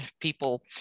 people